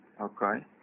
Okay